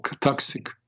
toxic